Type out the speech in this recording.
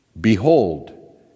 Behold